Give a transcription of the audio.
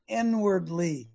inwardly